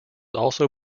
also